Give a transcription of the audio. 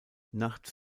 nachts